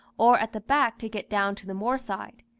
or at the back to get down to the moor-side.